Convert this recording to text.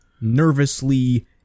nervously